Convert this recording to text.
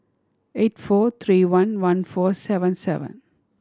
eight four three one one four seven seven